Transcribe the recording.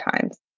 Times